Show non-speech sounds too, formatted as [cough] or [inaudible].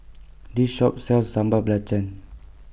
[noise] This Shop sells Sambal Belacan